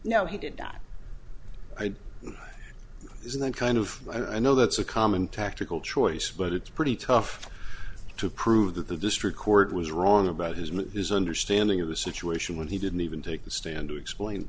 no he did not isn't that kind of and i know that's a common tactical choice but it's pretty tough to prove that the district court was wrong about his mother his understanding of the situation when he didn't even take the stand to explain